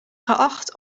geacht